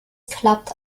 klappt